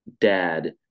dad